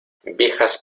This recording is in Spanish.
viejas